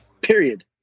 period